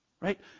right